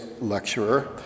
lecturer